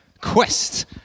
Quest